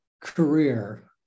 career